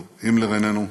טוב, הימלר איננו,